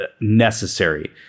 necessary